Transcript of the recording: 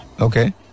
Okay